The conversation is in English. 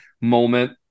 moment